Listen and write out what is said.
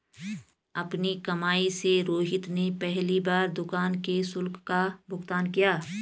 अपनी कमाई से रोहित ने पहली बार दुकान के शुल्क का भुगतान किया